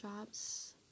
jobs